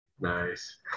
Nice